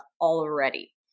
already